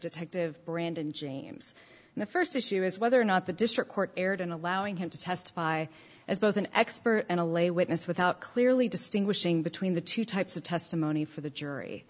detective brandon james and the first issue is whether or not the district court erred in allowing him to testify as both an expert and a lay witness without clearly distinguishing between the two types of testimony for the jury